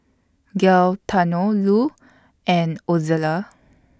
Gaetano Lu and Ozella